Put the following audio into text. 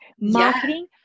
marketing